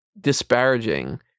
disparaging